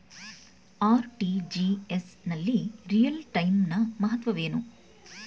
RTGS ನಲ್ಲಿ real time ನ ಮಹತ್ವವೇನು?